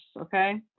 okay